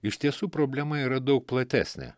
iš tiesų problema yra daug platesnė